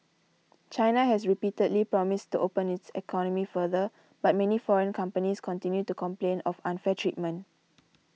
China has repeatedly promised to open its economy further but many foreign companies continue to complain of unfair treatment